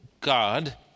God